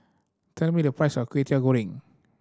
tell me the price of Kway Teow Goreng